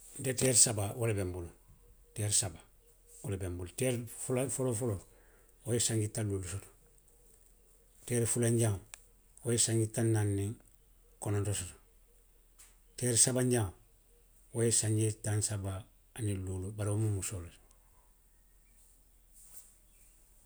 Nte teeri saba wo le be nbulu. Teeri saba. Wo le be nbulu. Teeri fu, toloo foloo wo ye sanji taŋ luuluu soto. Teeri fulanjaŋo, wo ye sanji taŋ naani niŋ kononto soto. Teeri sabanjaŋo wo ye sanji taŋ saba aniŋ luulu bari wo mu musoo le ti.